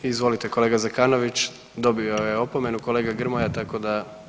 Izvolite kolega Zekanović, dobio je opomenu kolega Grmoja tako da